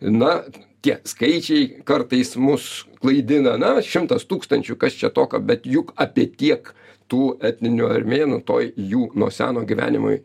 na tie skaičiai kartais mus klaidina na šimtas tūkstančių kas čia tokio bet juk apie tiek tų etninių armėnų toj jų nuo seno gyvenimoj